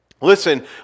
listen